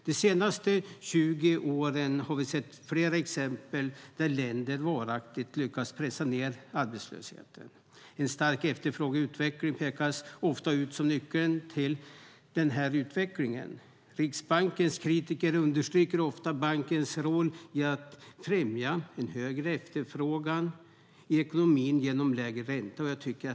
De senaste 20 åren har vi sett flera exempel där länder varaktigt lyckats pressa ned arbetslösheten. En stark efterfrågeutveckling pekas ofta ut som nyckeln till utvecklingen. Riksbankens kritiker understryker ofta bankens roll i att främja en högre efterfrågan i ekonomin med hjälp av lägre räntor.